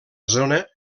zona